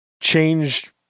changed